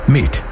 Meet